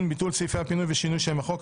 - ביטול סעיפי הפינוי ושינוי שם החוק),